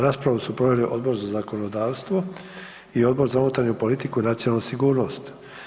Raspravu su proveli Odbor za zakonodavstvo i Odbor za unutarnju politiku i nacionalnu sigurnost.